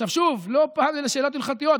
שוב, לא פעם אלה שאלות הלכתיות.